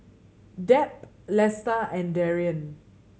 Deb Lesta and Darrian